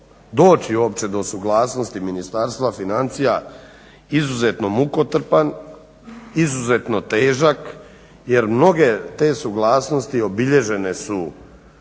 doći uopće do suglasnosti Ministarstva financija izuzetno mukotrpan, izuzetno težak jer mnoge te suglasnosti obilježene su